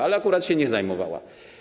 Ale akurat się nie zajmowała.